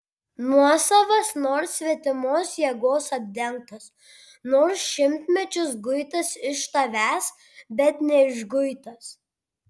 nuosavas nors svetimos jėgos apdengtas nors šimtmečius guitas iš tavęs bet neišguitas